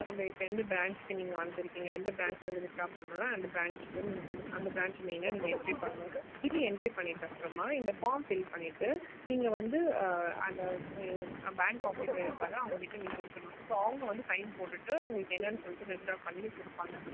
உங்களுக்கு எந்த ப்ராஞ்ச்சுக்கு நீங்கள் வந்திருக்கீங்க எந்த ப்ராஞ்ச்லிருந்து வித்ட்ரா பண்ணணுன்னா அந்த ப்ராஞ்ச் பேர் நீங்கள் அந்த பிராஞ்ச் நேமை நீங்கள் எண்ட்ரி பண்ணணும் இது எண்ட்ரி பண்ணிட்டப்புறமா இந்த ஃபார்ம் ஃபில் பண்ணிவிட்டு நீங்கள் வந்து அந்த பேங்க் ஆஃபீஸர் இருப்பார் அவங்கக்கிட்ட நீங்கள் கொடுத்துர்ணும் அப்போ அவங்க வந்த சைன் போட்டுவிட்டு உங்களுக்கு என்னென்னு சொல்லிட்டு வித்ட்ரா பண்ணி கொடுப்பாங்க